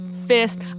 fist